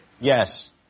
Yes